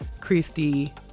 Christy